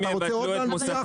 אתה רוצה עוד להנציח?